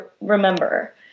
remember